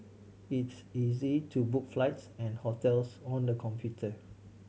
it's easy to book flights and hotels on the computer